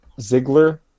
Ziggler